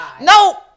no